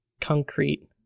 concrete